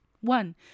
One